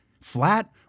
flat